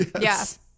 Yes